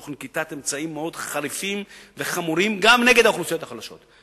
תוך נקיטת אמצעים מאוד חריפים וחמורים גם נגד האוכלוסיות החלשות.